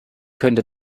könnte